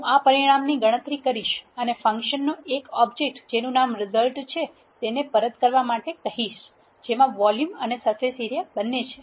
હું આ પરિણામની ગણતરી કરીશ અને ફંક્શનને એક ઓબ્જેક્ટ જેનુ નામ રિઝલ્ટ છે તેને પરત કરવા માટે કહીશ જેમાં વોલ્યુમ અને સરફેસ એરીયા બંને છે